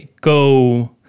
Go